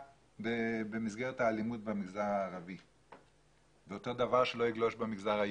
במסגרת האלימות במגזר הערבי ושלא יגלוש למגזר היהודי.